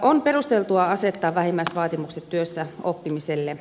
on perusteltua asettaa vähimmäisvaatimukset työssäoppimiselle